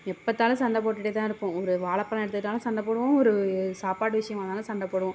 எப்போ பார்த்தாலும் சண்டை போட்டுகிட்டே தான் இருப்போம் ஒரு வாழைப்பழம் எடுத்துக்கிட்டாலும் சண்டை போடுவோம் ஒரு சாப்பாடு விஷயமானாலும் சண்டை போடுவோம்